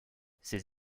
ses